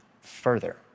further